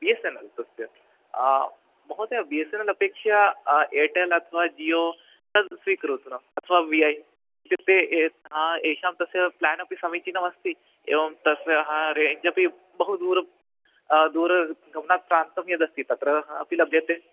B S N L तस्य महोदया B S N L अपेक्षया एर्टेल् अथवा जियो तद् स्वीकरोतु ना अथ्वा वि ऐ इत्युक्ते ए हा तेषां तस्य प्लेन् अपि समीचिनमस्ति एवं तस्य ह रेञ्ज् अपि बहुदूरं दूरगमनात् प्रान्तं यदस्ति तत्र अपि लभ्यते